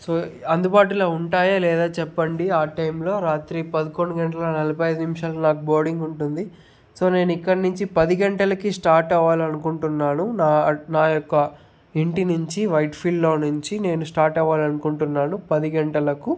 so అందుబాటులో ఉంటాయా లేదా చెప్పండి ఆ టైంలో రాత్రి పదకొండు గంటల నలబై ఐదు నిమిషాలకి నాకు బోర్డింగ్ ఉంటుంది సో నేను ఇక్కడి నుంచి పది గంటలకి స్టార్ట్ అవ్వాలనుకుంటున్నాను నా నా యొక్క ఇంటి నుంచి వైట్ ఫీల్డ్లో నుంచి నేను స్టార్ట్ అవ్వాలి అనుకుంటున్నాను పది గంటలకు